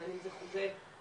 בין אם זה חוגי מדעים,